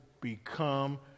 become